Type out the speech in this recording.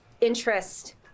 interest